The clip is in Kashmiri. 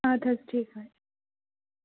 اَدٕ حظ ٹھیٖک حظ